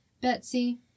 Betsy